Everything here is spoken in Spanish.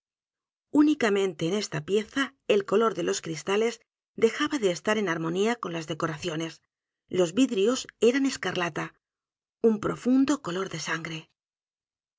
únicamente en esta pieza el color de los cristales dejaba de estar en armonía con las decoraciones los vidrios eran escarlata un profundo color de